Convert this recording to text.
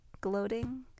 gloating